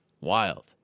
Wild